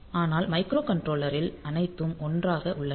ஆனால் மைக்ரோ கன்ட்ரோலரில் அனைத்தும் ஒன்றாக உள்ளன